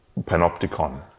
panopticon